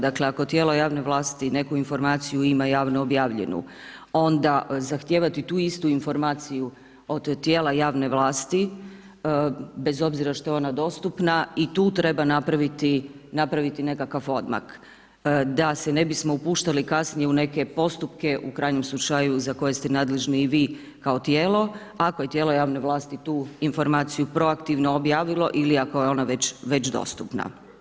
Dakle ako tijelo javne vlasti neku informaciju ima javno objavljenu, onda zahtijevati tu isti informaciju od tijela javne vlasti, bez obzira što je ona dostupna, i tu treba napraviti nekakav odmak da se ne bismo upuštali kasnije u neke postupke, u krajnjem slučaju za koje ste nadležni i vi kao tijelo ako je tijelo javne vlasti tu informaciju proaktivno objavilo ili ako je ona već dostupna.